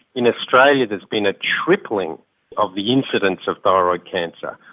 in australia there has been a tripling of the incidence of thyroid cancer.